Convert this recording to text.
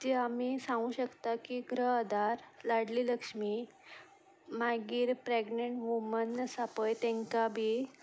तीं आमी सांगूं शकता की ग्रह आदार लाडली लक्ष्मी मागीर प्रेगनेंट वुमन आसा पळय तांकां बी